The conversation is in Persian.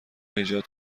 ایجاد